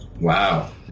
Wow